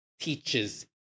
teaches